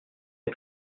est